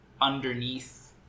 underneath